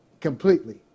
completely